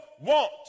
want